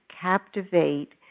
captivate